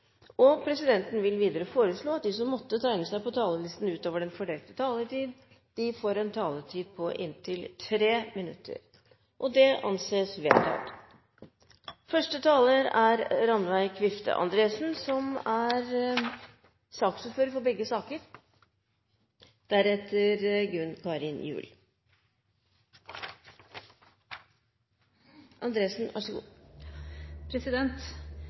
vil presidenten foreslå at de som måtte tegne seg på talerlisten utover den fordelte taletid, får en taletid på inntil 3 minutter. – Det anses vedtatt. Ja, det er sent på kvelden. Skjermene har gått i svart, for noen har rullegardinen gått ned, og det blir en lang dag i morgen. Så